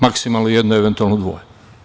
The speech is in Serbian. Maksimalno jedno, eventualno dvoje.